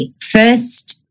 first